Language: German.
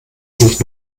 sich